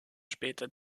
später